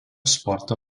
sporto